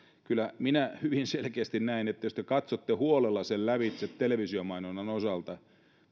kyllä minä hyvin selkeästi näin että jos te katsotte huolella sen lävitse televisiomainonnan osalta